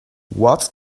what